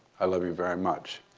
i love you very much.